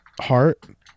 heart